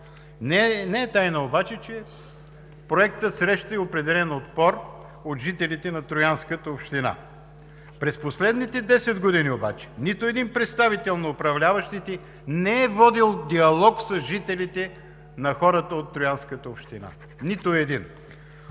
Не е тайна обаче, че Проектът среща определен отпор от жителите на Троянската община, а през последните 10 години обаче нито един представител на управляващите не е водил диалог с жителите, с хората от Троянската община. Нито един!